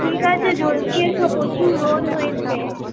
ঠিক আছে জলদি এসো প্রচুর রোদ হয়েছে